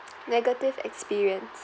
negative experience